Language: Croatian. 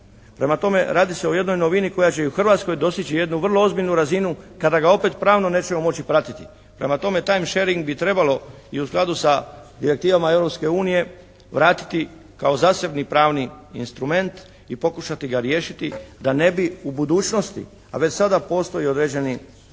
Prema tome, radi se o jednoj novini koja će i u Hrvatskoj doseći jednu vrlo ozbiljnu razinu kada ga opet pravno nećemo moći pratiti. Prema tome, time sharing bi trebalo i u skladu sa direktivama Europske unije vratiti kao zasebni pravni instrument i pokušati ga riješiti da ne bi u budućnosti, a već sada postoje određeni oblici